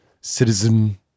citizen